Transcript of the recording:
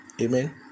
Amen